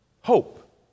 Hope